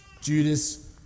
Judas